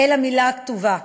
אל המילה הכתובה.